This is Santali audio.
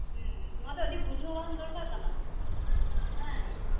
ᱦᱮᱸ ᱱᱚᱣᱟᱫᱚ ᱟᱹᱰᱤ ᱵᱩᱡᱷᱟᱹᱣᱟᱱ ᱫᱚᱨᱠᱟᱨ ᱠᱟᱱᱟ ᱦᱮᱸ